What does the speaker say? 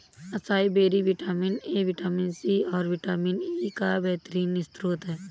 acai berry vitamin A, vitamin C, और vitamin E का बेहतरीन स्त्रोत है